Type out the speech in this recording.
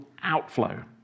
outflow